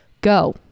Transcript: Go